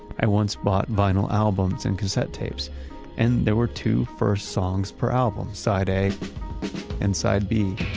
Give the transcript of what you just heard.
i once bought vinyl albums and cassette tapes and there were two first songs per album, side a and side b.